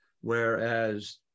Whereas